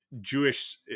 Jewish